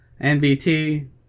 NBT